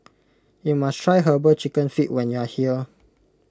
you must try Herbal Chicken Feet when you are here